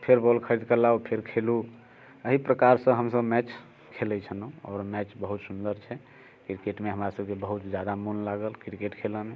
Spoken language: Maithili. फेर बॉल खरीदकऽ लाउ फेर खेलू एहि प्रकारसँ हमसब मैच खेलैत छलहुँ आओर मैच बहुत सुन्दर छै क्रिकेटमे हमरा सबके बहुत जादा मन लागल क्रिकेट खेलऽमे